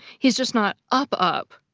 he's just not up-up.